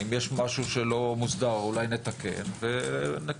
אם יש משהו שלא מוסדר אולי נתקן ונקדם